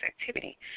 activity